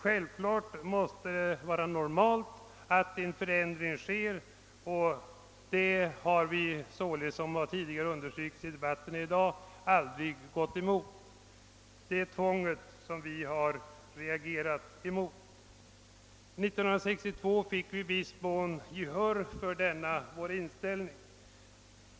Självfallet är det normalt att en förändring sker, och det har vi således — som understrukits tidigare i dagens debatt — aldrig gått emot. Det är tvånget som vi har reagerat mot. År 1962 fick vi i viss mån gehör för denna vår inställning.